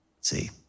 See